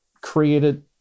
created